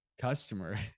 customer